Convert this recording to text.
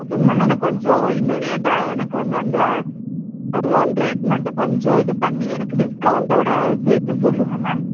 ஓகேங்க மேம் எனக்கு கொஞ்சம் இமீடியட்டாக எனக்கு வந்து அந்த அமௌண்ட் ரேட் மட்டும் கொஞ்சம் இது பண்ணி எனக்கு டிஸ்கவுண்ட்டோடு சேர்த்து சொல்லுங்கள் மேம்